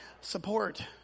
Support